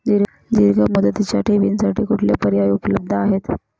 दीर्घ मुदतीच्या ठेवींसाठी कुठले पर्याय उपलब्ध आहेत?